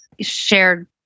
shared